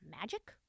Magic